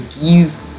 give